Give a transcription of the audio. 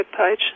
webpage